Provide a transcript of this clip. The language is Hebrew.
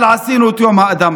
אבל עשינו את יום האדמה.